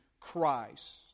Christ